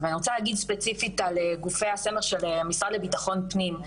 ואני רוצה להגיד ספציפית על גופי הסמך של המשרד לביטחון פנים.